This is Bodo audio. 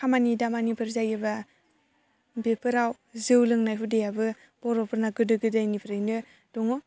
खामानि दामानिफोर जायोबा बेफोराव जौ लोंनाय हुदायाबो बर'फोरना गोदो गोदायनिफ्रायनो दङ